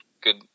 good